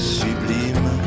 sublime